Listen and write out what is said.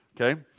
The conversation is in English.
Okay